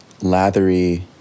lathery